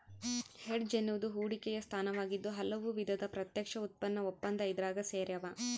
hedge ಎನ್ನುವುದು ಹೂಡಿಕೆಯ ಸ್ಥಾನವಾಗಿದ್ದು ಹಲವು ವಿಧದ ಪ್ರತ್ಯಕ್ಷ ಉತ್ಪನ್ನ ಒಪ್ಪಂದ ಇದ್ರಾಗ ಸೇರ್ಯಾವ